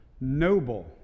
noble